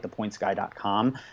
thepointsguy.com